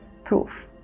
proof